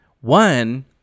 One